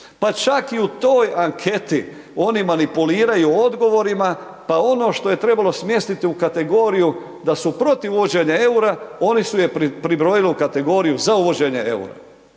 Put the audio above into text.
Pa čak i u toj anketi oni manipuliraju odgovorima, pa ono što je trebalo smjestiti u kategoriju da su protiv uvođenja eura, oni su je pribrojili u kategoriju za uvođenje eura.